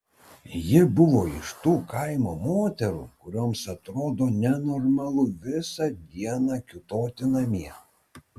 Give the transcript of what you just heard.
ji buvo iš tų kaimo moterų kurioms atrodo nenormalu visą dieną kiūtoti namie